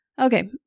Okay